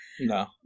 No